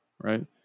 right